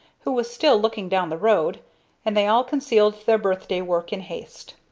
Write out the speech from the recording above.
who was still looking down the road and they all concealed their birthday work in haste.